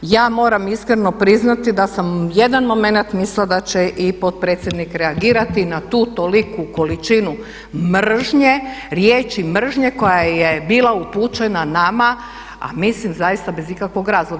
Ja moram iskreno priznati da sam jedan moment mislila da će i potpredsjednik reagirati na tu toliku količinu mržnje, riječi mržnje koja je bila upućena nama a mislim zaista bez ikakvog razloga.